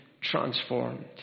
transformed